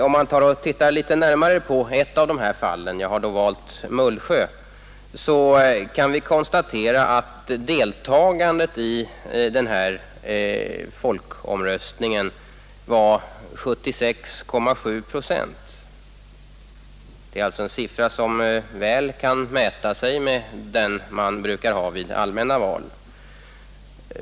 Om man ser litet närmare på dessa fall — jag tar fallet Mullsjö som exempel — kan man konstatera att deltagandet i folkomröstningen där var 76,7 procent, alltså en siffra som väl kan mäta sig med siffrorna vid allmänna val.